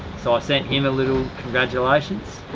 so i sent him a little congratulations.